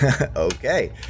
okay